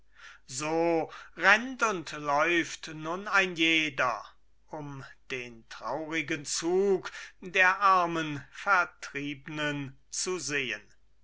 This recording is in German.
so rennt und läuft nun ein jeder um den traurigen zug der armen vertriebnen zu sehen